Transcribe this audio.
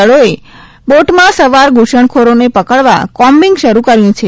દળોએ બોડમાં સવાર ધૂસણખોરોને પકડવા કોમ્બિંગ શરૂ કર્યુ છે